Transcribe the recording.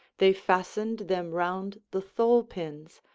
they fastened them round the thole-pins,